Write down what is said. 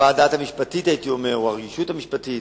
חוות הדעת המשפטית או הרשות המשפטית